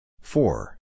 four